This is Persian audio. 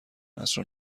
عصر